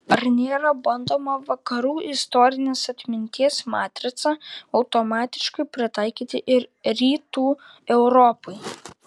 ar nėra bandoma vakarų istorinės atminties matricą automatiškai pritaikyti ir rytų europai